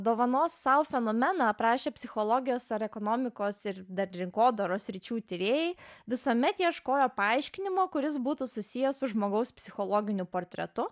dovanos sau fenomeną aprašę psichologijos ar ekonomikos ir dar rinkodaros sričių tyrėjai visuomet ieškojo paaiškinimo kuris būtų susijęs su žmogaus psichologiniu portretu